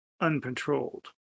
uncontrolled